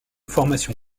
formation